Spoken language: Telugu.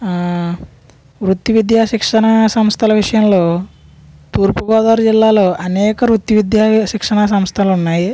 వృత్తి విద్యా శిక్షణా సంస్థల విషయంలో తూర్పుగోదావరి జిల్లాలో అనేక వృత్తి విద్యా శిక్షణా సంస్థలు ఉన్నాయి